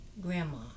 grandma